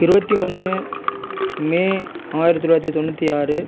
இருபத்தி ஒன்று மே ஆயிரத்து தொள்ளாயிரத்து தொண்ணூற்றி ஆறு